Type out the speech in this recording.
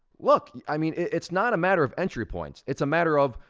look, i mean, it's not matter of entry points, it's a matter of,